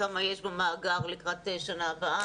כמה יש במאגר לקראת שנה הבאה?